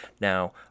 Now